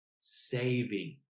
saving